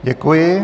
Děkuji.